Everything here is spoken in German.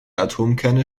atomkerne